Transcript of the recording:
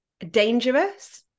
dangerous